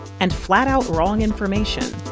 and flat-out wrong information?